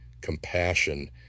compassion